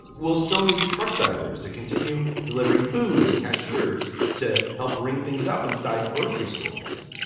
we'll still need truck drivers to continue delivering food and cashiers to help bring things up inside grocery stores.